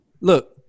Look